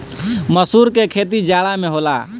मसूर के खेती जाड़ा में होला